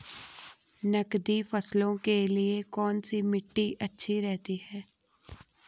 नकदी फसलों के लिए कौन सी मिट्टी अच्छी रहती है?